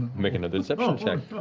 make another deception check.